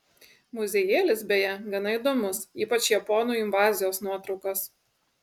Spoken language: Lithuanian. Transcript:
muziejėlis beje gana įdomus ypač japonų invazijos nuotraukos